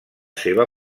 seva